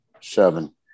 Seven